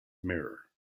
mirror